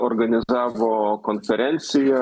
organizavo konferenciją